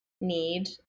need